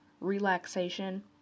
relaxation